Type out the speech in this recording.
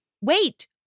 wait